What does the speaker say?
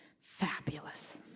fabulous